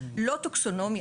לא טקסונומיה.